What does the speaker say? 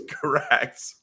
Correct